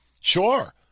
sure